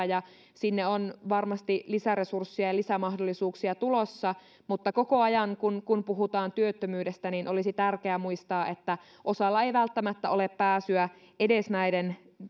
ja sinne on varmasti lisäresursseja ja lisämahdollisuuksia tulossa mutta koko ajan kun kun puhutaan työttömyydestä olisi tärkeää muistaa että osalla ei välttämättä ole pääsyä edes näiden